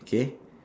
okay